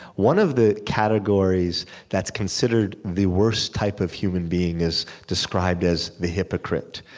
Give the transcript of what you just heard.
one of the categories that's considered the worst type of human being is described as the hypocrite,